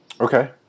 Okay